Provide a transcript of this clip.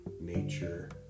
nature